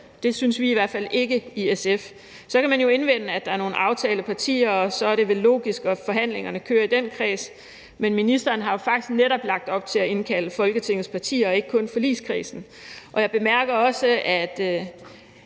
Det synes vi i hvert fald ikke i SF. Så kan man indvende, at der er nogle aftalepartier, og at det vel så er logisk, at forhandlingerne kører i den kreds, men ministeren har jo faktisk netop lagt op til at indkalde Folketingets partier og ikke kun forligskredsen. Jeg bemærker også, at